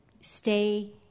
stay